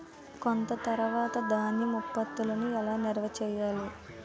కోత తర్వాత ధాన్యం ఉత్పత్తులను ఎలా నిల్వ చేయాలి?